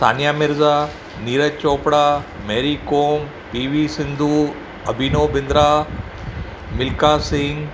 Sania Mirza Neeraj Chopra Mary Kom P V Sindhu Abhinav Bindra Milkha Singh